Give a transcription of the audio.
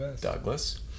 Douglas